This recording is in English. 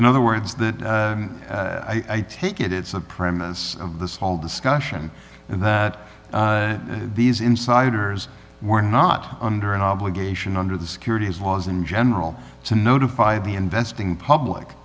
in other words that i take it it's a premise of this whole discussion and that these insiders were not under an obligation under the securities laws in general to notify the investing public